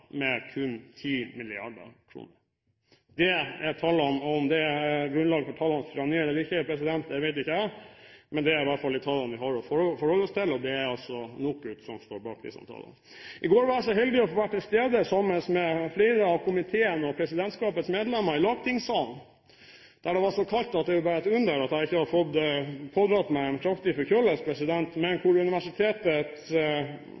med kun 10 mrd. kr. Dette er tallene. Om det er grunnlag for tallenes tyranni eller ikke, vet ikke jeg, men dette er i hvert fall de tallene vi har å forholde oss til. Det er NOKUT som står bak disse tallene. I går var jeg så heldig å få være til stede sammen med flere av komiteens og presidentskapets medlemmer i lagtingssalen – der det var så kaldt at det bare er et under at jeg ikke har pådratt meg en kraftig forkjølelse, men